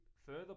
further